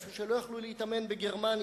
איפה שלא יכלו להתאמן בגרמניה.